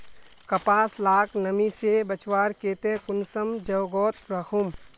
कपास लाक नमी से बचवार केते कुंसम जोगोत राखुम?